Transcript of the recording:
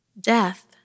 Death